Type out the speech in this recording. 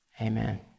amen